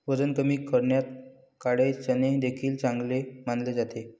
वजन कमी करण्यात काळे चणे देखील चांगले मानले जाते